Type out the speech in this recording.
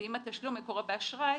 ואם התשלום מקורו באשראי,